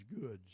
goods